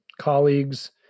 colleagues